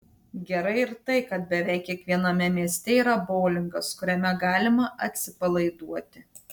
gerai ir tai kad beveik kiekviename mieste yra boulingas kuriame galima atsipalaiduoti